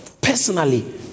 personally